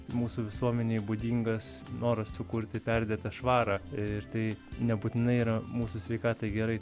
mūsų visuomenei būdingas noras sukurti perdėtą švarą ir tai nebūtinai yra mūsų sveikatai gerai